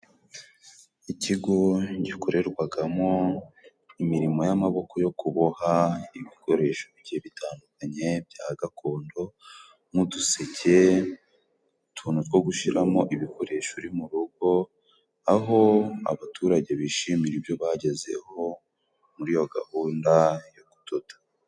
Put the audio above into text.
Ikigo gikorerwagamo imirimo y'amaboko yo kuboha ibikoresho bigiye bitandukanye bya gakondo nk'uduseke utuntu two gushiramo ibikoresho uri mu rugo aho abaturage bishimira ibyo bagezeho muri iyo gahunda yo kudoda